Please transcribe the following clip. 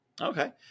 Okay